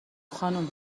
خانوم